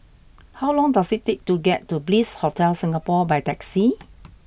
how long does it take to get to Bliss Hotel Singapore by taxi